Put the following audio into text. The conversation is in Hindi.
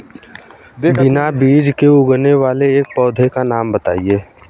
बिना बीज के उगने वाले एक पौधे का नाम बताइए